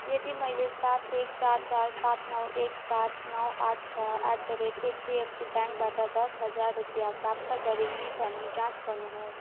यदि मैले सात एक चार चार सात नौ एक सात नौ आठ छ एट द रेट एचडिएफसी ब्याङ्कबाट दस हजार रुपियाँ प्राप्त गरेँ कि भनी जाँच गर्नुहोस्